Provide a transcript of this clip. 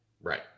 right